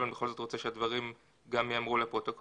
אבל אני בכל זאת רוצה שהדברים גם יאמרו לפרוטוקול: